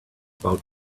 about